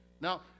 Now